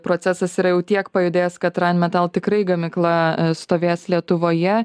procesas yra jau tiek pajudėjęs kad rain metal tikrai gamykla stovės lietuvoje